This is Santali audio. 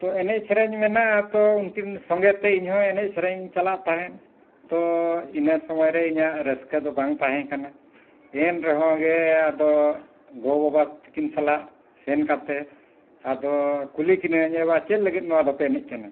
ᱛᱚ ᱮᱱᱮᱡ ᱥᱮᱨᱮᱧ ᱢᱮᱱᱟᱜᱼᱟ ᱛᱚ ᱩᱱᱠᱤᱱ ᱥᱚᱸᱜᱮ ᱛᱮ ᱤᱧ ᱦᱚᱸ ᱮᱱᱮᱡ ᱥᱮᱨᱮᱧ ᱤᱧ ᱪᱟᱞᱟᱜ ᱛᱟᱦᱮᱱ ᱛᱚ ᱤᱱᱟᱹ ᱥᱚᱢᱚᱭ ᱨᱮ ᱤᱧᱟᱹᱜ ᱨᱟᱹᱥᱠᱟᱹ ᱫᱚ ᱵᱟᱝ ᱛᱟᱦᱮᱸ ᱠᱟᱱᱟ ᱮᱱ ᱨᱮᱦᱚᱸ ᱜᱮ ᱟᱫᱚ ᱜᱚ ᱵᱟᱵᱟ ᱛᱟᱠᱤᱱ ᱥᱟᱞᱟᱜ ᱥᱮᱱ ᱠᱟᱛᱮᱫ ᱟᱫᱚ ᱠᱩᱞᱤ ᱠᱤᱱᱟᱹᱧ ᱮ ᱵᱟ ᱪᱮᱫ ᱞᱟᱹᱜᱤᱫ ᱱᱚᱣᱟ ᱫᱚᱯᱮ ᱮᱱᱮᱡ ᱠᱟᱱᱟ